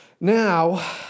Now